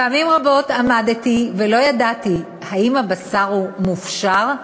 פעמים רבות עמדתי ולא ידעתי אם הבשר מופשר,